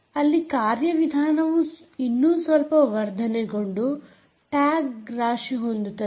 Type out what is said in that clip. ಅಲ್ಲಿ ಕಾರ್ಯವಿಧಾನವು ಇನ್ನೂ ಸ್ವಲ್ಪ ವರ್ಧನೆಗೊಂಡು ಟ್ಯಾಗ್ ರಾಶಿಹೊಂದುತ್ತದೆ